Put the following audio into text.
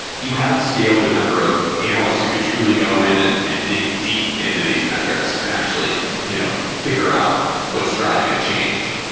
you haven't scaled the number of analysts who can truly go in and and dig deep into these metrics and actually you know fi gure out what's driving a change.